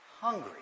hungry